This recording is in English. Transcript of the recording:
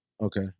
Okay